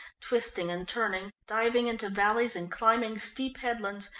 twisting and turning, diving into valleys and climbing steep headlands,